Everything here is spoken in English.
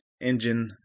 engine